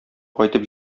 кайтып